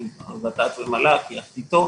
עם ות"ת ומל"ג יחד איתו,